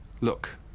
Look